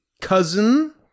cousin